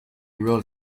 road